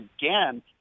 again